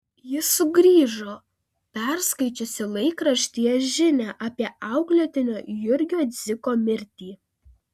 ji sugrįžo perskaičiusi laikraštyje žinią apie auklėtinio jurgio dziko mirtį